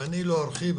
ואני לא ארחיב.